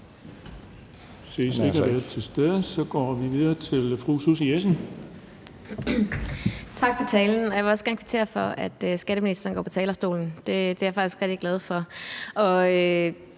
Tak for talen, og jeg vil også gerne kvittere for, at skatteministeren går på talerstolen. Det er jeg faktisk rigtig glad for.